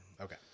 Okay